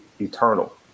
eternal